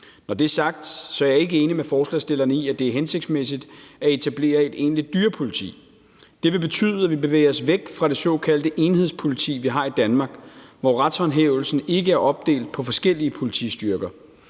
Når det er sagt, er jeg ikke enig med forslagsstillerne i, at det er hensigtsmæssigt at etablere et egentligt dyrepoliti. Det vil betyde, at vi bevæger os væk fra det såkaldte enhedspoliti, vi har i Danmark, hvor retshåndhævelsen ikke er opdelt på forskellige politistyrker.